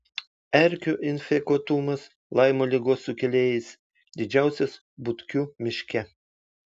erkių infekuotumas laimo ligos sukėlėjais didžiausias butkių miške